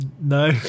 No